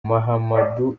mahamadou